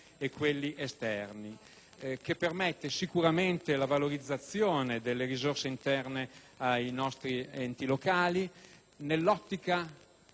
che permetterà la valorizzazione delle risorse interne ai nostri enti locali nell'ottica del buon governo